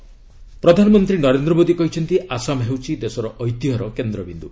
PM Assam ପ୍ରଧାନମନ୍ତ୍ରୀ ନରେନ୍ଦ୍ର ମୋଦି କହିଛନ୍ତି ଆସାମ ହେଉଛି ଦେଶର ଐତିହ୍ୟର କେନ୍ଦ୍ରବିନ୍ଦୁ